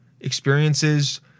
experiences